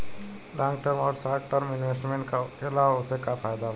Long term आउर short term investment का होखेला और ओसे का फायदा बा?